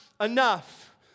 enough